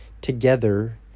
together